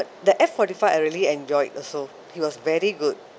the F forty five I really enjoyed also he was very good